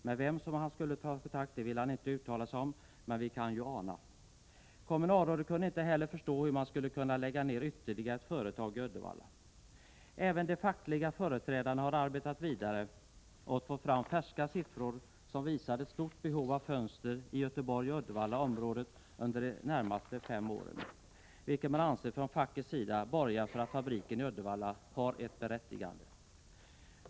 Med vem han skulle ta kontakt ville han inte uttala sig om, men vi kan väl ana. Kommunalrådet kunde inte heller förstå hur man skulle kunna lägga ned ytterligare ett företag i Uddevalla. Även de fackliga företrädarna har arbetat vidare och fått fram färska siffror, som visar ett stort behov av fönster i Göteborg och Uddevallaområdet under de närmaste fem åren. Från fackets sida anser man att detta borgar för att fabriken i Uddevalla har ett berättigande.